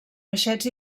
peixets